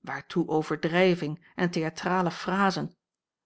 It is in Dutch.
waartoe overdrijving en theatrale phrasen